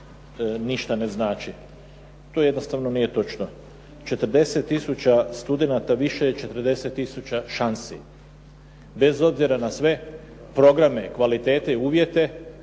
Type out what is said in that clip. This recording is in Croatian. ništa ne znači. To jednostavno nije točno. 40 tisuća studenata više je 40 tisuća šansi. Bez obzira na sve programe, kvalitete i uvjete,